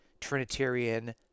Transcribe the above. Trinitarian